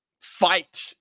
fight